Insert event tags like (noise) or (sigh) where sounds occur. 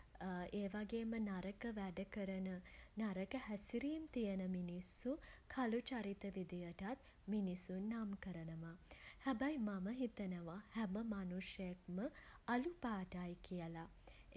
(hesitation) ඒ වගේම නරක වැඩ කරන (hesitation) නරක හැසිරීම් තියෙන මිනිස්සු (hesitation) කළු චරිත විදියටත් මිනිසුන් නම් කරනවා. හැබැයි මම හිතනවා (hesitation) හැම මනුෂ්‍යයෙක්ම අළු පාටයි කියල.